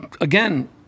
again